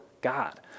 God